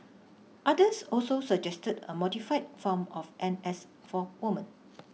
others also suggested a modified form of N S for women